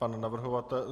Pan navrhovatel.